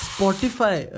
Spotify